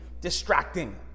distracting